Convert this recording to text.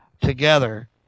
together